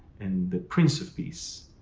and the prince of peace,